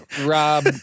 Rob